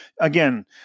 again